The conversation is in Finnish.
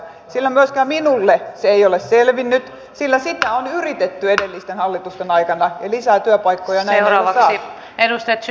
myöskään minulle se ei ole selvinnyt sillä sitä on yritetty edellisten hallitusten aikana ja lisää työpaikkoja näin ei ole saatu